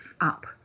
up